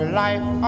life